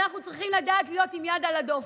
אנחנו צריכים לדעת להיות עם יד על הדופק.